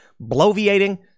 bloviating